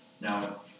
Now